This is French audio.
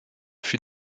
fut